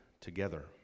together